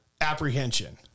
apprehension